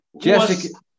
Jessica